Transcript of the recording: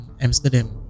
Amsterdam